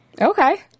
Okay